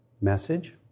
message